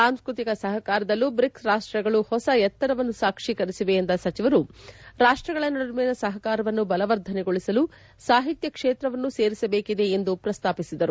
ಸಾಂಸ್ಟ್ರತಿಕ ಸಹಕಾರದಲ್ಲೂ ಬ್ರಿಕ್ಸ್ ರಾಷ್ಟಗಳು ಹೊಸ ಎತ್ತರವನ್ನು ಸಾಕ್ಷೀಕರಿಸಿವೆ ಎಂದ ಸಚಿವರು ರಾಷ್ಟಗಳ ನಡುವಿನ ಸಹಕಾರವನ್ನು ಬಲವರ್ಧನೆಗೊಳಿಸಲು ಸಾಹಿತ್ಯ ಕ್ಷೇತ್ರವನ್ನೂ ಸೇರಿಸಬೇಕಿದೆ ಎಂದು ಪ್ರಸ್ತಾಪಿಸಿದರು